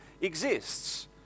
exists